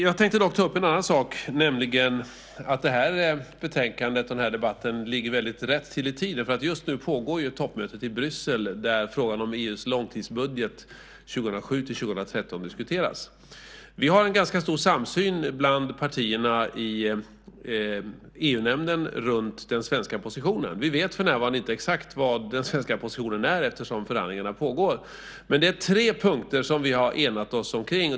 Jag tänkte dock ta upp en annan sak, nämligen att detta betänkande och denna debatt ligger väldigt rätt i tiden. Just nu pågår ju toppmötet i Bryssel där frågan om EU:s långtidsbudget 2007-2013 diskuteras. Vi har en ganska stor samsyn bland partierna i EU-nämnden runt den svenska positionen. Vi vet för närvarande inte exakt vad den svenska positionen är eftersom förhandlingarna pågår, men det är tre punkter som vi har enat oss kring.